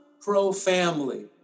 pro-family